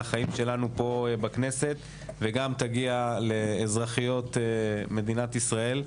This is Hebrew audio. החיים שלנו פה בכנסת וגם תגיע לאזרחיות מדינת ישראל.